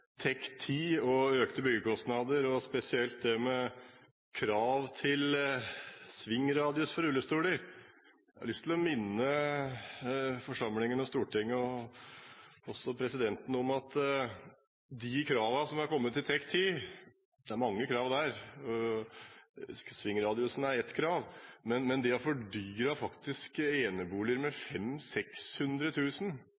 TEK 10 og økte byggekostnader og spesielt kravet til svingradius for rullestoler. Jeg har lyst til å minne forsamlingen, Stortinget og også presidenten om at de kravene som er kommet i TEK 10 – det er mange krav der, svingradiusen er ett krav – fordyrer faktisk eneboliger med 500 000–600 000 kr. Det er